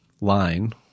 line